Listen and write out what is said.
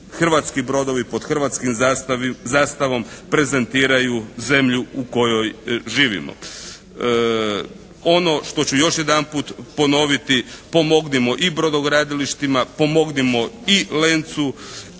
hrvatski brodovi pod hrvatskom zastavom prezentiraju zemlju u kojoj živimo. Ono što ću još jedanput ponoviti pomognimo i brodogradilištima, pomognimo i “Lencu“